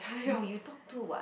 no you talk too [what]